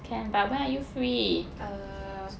err